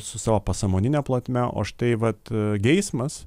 su savo pasąmonine plotme o štai vat geismas